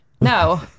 No